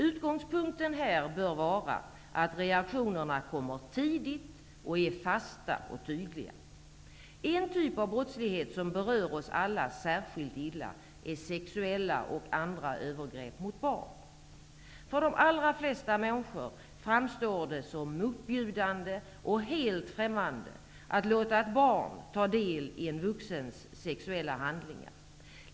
Utgångspunkten här bör vara att reaktionerna kommer tidigt och är fasta och tydliga. En typ av brottslighet som berör oss alla särskilt illa är sexuella och andra övergrepp mot barn. För de allra flesta människor framstår det som motbjudande och helt främmande att låta ett barn ta del i en vuxens sexuella handlingar.